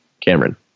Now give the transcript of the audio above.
Cameron